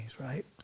right